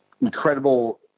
incredible